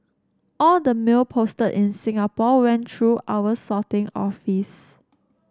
all the mail posted in Singapore went through our sorting office